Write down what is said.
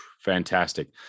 fantastic